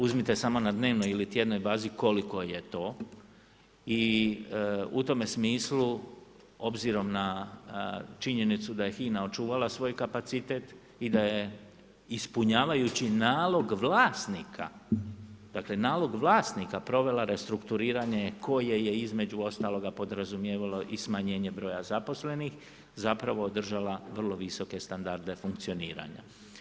Uzmite samo na dnevnoj ili tjednoj bazi koliko je to i u tome smislu, obzirom na činjenicu da je HINA očuvala svoj kapacitet i da je ispunjavajući nalog vlasnika provela restrukturiranje koje je, između ostaloga, podrazumijevalo i smanjenje broja zaposlenih, zapravo održala vrlo visoke standarde funkcioniranja.